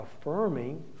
affirming